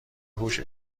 هوش